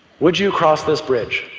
would you cross this bridge?